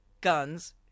guns